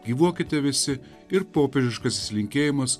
gyvuokite visi ir popiežiškasis linkėjimas